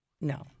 No